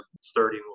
sturdy